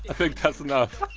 i think that's enough.